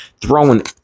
throwing